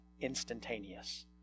instantaneous